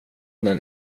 den